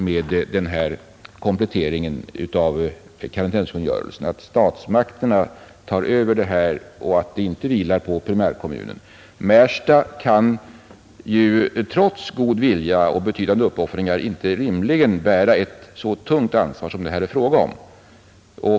Märsta kommun kan ju trots god vilja och betydande uppoffringar rimligen inte bära ett så tungt ansvar som det här är fråga om.